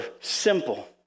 simple